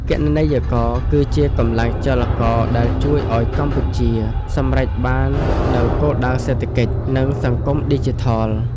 គណនេយ្យករគឺជាកម្លាំងចលករដែលជួយឱ្យកម្ពុជាសម្រេចបាននូវគោលដៅសេដ្ឋកិច្ច និងសង្គមឌីជីថល។